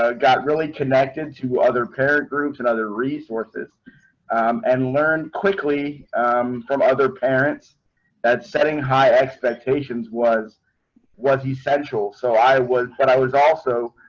ah got really connected to other parent groups and other resources and learn quickly from other parents that setting high expectations was was essential. so i was that i was also